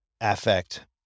affect